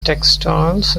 textiles